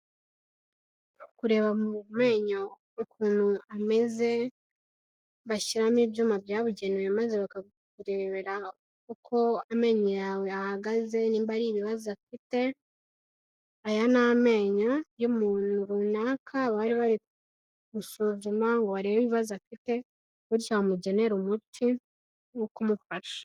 Kureba mu menyo ukuntu ameze bashyiramo ibyuma byabugenewe maze bakakurebera uko amenyo yawe ahagaze nimba ari ibibazo afite, aya ni amenyo y'umuntu runaka baribari gusuzuma ngo barebe ibibazo afite bityo bamugenere umuti wo kumufasha.